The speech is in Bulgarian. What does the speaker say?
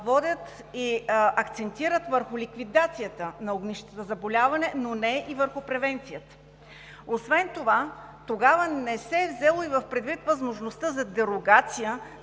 възможността за дерогация